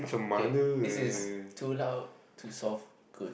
okay this is too loud too soft good